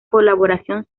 colaboración